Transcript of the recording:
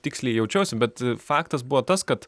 tiksliai jaučiuosi bet faktas buvo tas kad